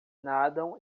nadam